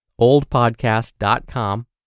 oldpodcast.com